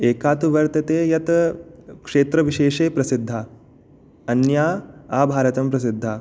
एका तु वर्तते यत् क्षेत्रविशेषे प्रसिद्धा अन्या आभारतं प्रसिद्धा